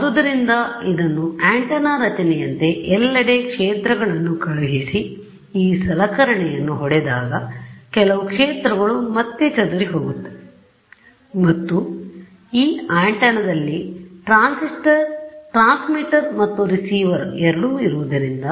ಆದ್ದರಿಂದ ಇದನ್ನು ಆಂಟೆನಾ ರಚನೆಯಂತೆಎಲ್ಲೆಡೆ ಕ್ಷೇತ್ರಗಳನ್ನು ಕಳುಹಿಸಿ ಈ ಸಲಕರಣೆಯನ್ನು ಹೊಡೆದಾಗ ಕೆಲವು ಕ್ಷೇತ್ರಗಳು ಮತ್ತೆ ಚದುರಿಹೋಗುತ್ತವೆ ಮತ್ತು ಈ ಆಂಟೆನಾದಲ್ಲಿ ಟ್ರಾನ್ಸ್ಮಿಟರ್ ಮತ್ತು ರಿಸೀವರ್ ಎರಡೂ ಇರುವುದರಿಂದ